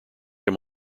him